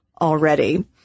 already